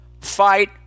Fight